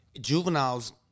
Juveniles